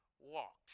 walked